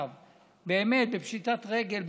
בפשיטת רגל,